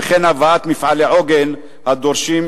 וכן הבאת מפעלי עוגן הדורשים הון אנושי,